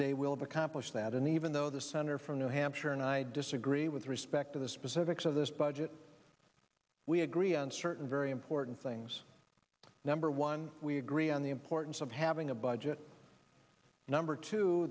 day we'll of accomplish that and even though the senator from new hampshire and i disagree with respect to the specifics of this budget we agree on certain very important things number one we agree on the importance of having a budget number two